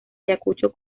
ayacucho